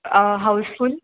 house full